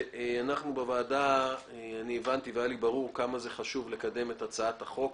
לנו בוועדה היה ברור כמה חשוב לקדם את הצעת החוק.